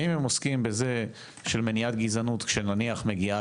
האם הם עוסקים במניעת גזענות כשנניח מגיעה